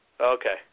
Okay